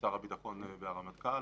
שר הביטחון והרמטכ"ל.